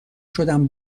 شدم